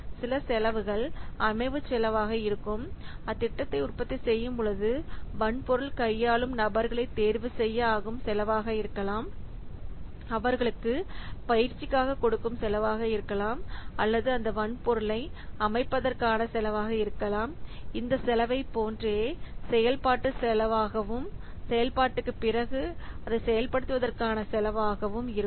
உதாரணமாக சில செலவுகள் உற்பத்தி செலவுகள் ஆக இருக்கும் சில செலவுகள்திட்டம் அமைப்பதற்கு ஆன செலவாக இருக்கலாம் உதாரணமாக சில செலவுகள் வளர்ச்சி செலவாக இருக்கும் சில செலவுகள் அமைவு செலவாக இருக்கும் அத்திட்டத்தை உற்பத்தி செய்யும் பொழுது வன்பொருள் கையாளும் நபர்களை தேர்வு செய்ய ஆகும் செலவாக இருக்கலாம் அவர்களுக்கு பயிற்சிக்காக கொடுக்கும் செலவாக இருக்கலாம் அல்லது அந்த வன்பொருளை அமைப்பதற்கான செலவாக இருக்கலாம் இந்த செலவை போன்றே செயல்பாட்டு செலவு ஆகவும் செயல்பாட்டுக்கு பிறகு அதை செயல்படுத்துவதற்கான செலவு ஆகவும் இருக்கும்